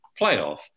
playoff